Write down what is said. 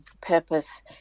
purpose